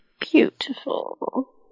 Beautiful